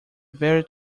very